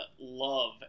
love